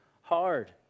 hard